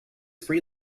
free